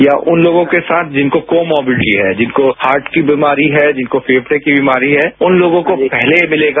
या उन लोगों के साथ जिनको को मोबिलिटी है जिनको हार्ट की बीमारी है जिनको फेंफड़े की बीमारी है उन लोगों को पहले मिलेगा